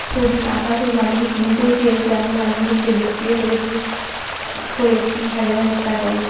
ছবি আঁকা ছবি অনেকে কিনতেও চেয়েছে আমি অনেকজনকে বিক্রিও করেছি করেছি হাজার হাজার টাকায়